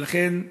ולכן,